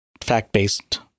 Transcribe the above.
fact-based